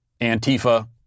Antifa